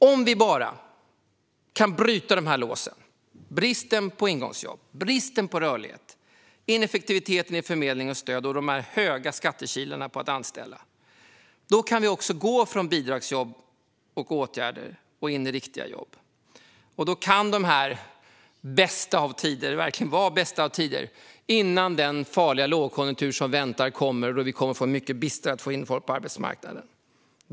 Om vi bara kan bryta de här låsen - bristen på ingångsjobb, bristen på rörlighet, ineffektiviteten i förmedling och stöd och de höga skattekilarna på att anställa - kan vi också gå från bidragsjobb och åtgärder till riktiga jobb. Då kan de bästa av tider verkligen vara de bästa av tider innan den farliga lågkonjunktur som väntar kommer och det blir mycket svårare att få in folk på arbetsmarknaden.